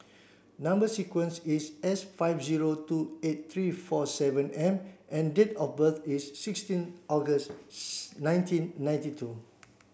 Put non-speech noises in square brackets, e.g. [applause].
number sequence is S five zero two eight three four seven M and date of birth is sixteen August [unintelligible] nineteen ninety two